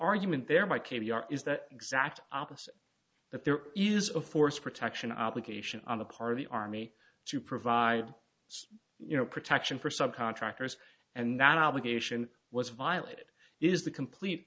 argument there might k b r is that exact opposite that their use of force protection obligation on the part of the army to provide you know protection for subcontractors and not obligation was violated is the complete